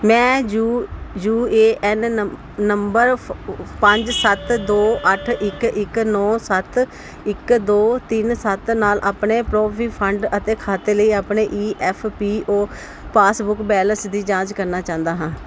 ਮੈਂ U U A N ਨੰ number ਫ ਪੰਜ ਸੱਤ ਦੋ ਅੱਠ ਇੱਕ ਇੱਕ ਨੌਂ ਸੱਤ ਇੱਕ ਦੋ ਤਿੰਨ ਸੱਤ ਨਾਲ ਆਪਣੇ ਪ੍ਰੋਵੀ ਫੰਡ ਅਤੇ ਖਾਤੇ ਲਈ ਆਪਣੇ E F P O passbook balance ਦੀ ਜਾਂਚ ਕਰਨਾ ਚਾਹੁੰਦਾ ਹਾਂ